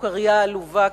סוכרייה עלובה,